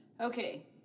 Okay